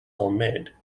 homemade